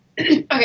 Okay